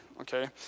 okay